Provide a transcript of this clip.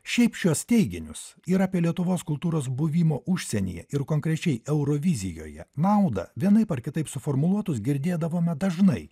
šiaip šiuos teiginius ir apie lietuvos kultūros buvimo užsienyje ir konkrečiai eurovizijoje naudą vienaip ar kitaip suformuluotus girdėdavome dažnai